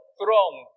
throne